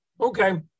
Okay